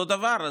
אותו דבר.